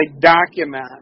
document